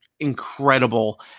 Incredible